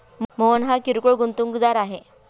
मोहन हा किरकोळ गुंतवणूकदार आहे